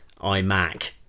imac